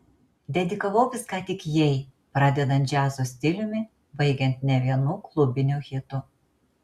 dedikavau viską tik jai pradedant džiazo stiliumi baigiant ne vienu klubiniu hitu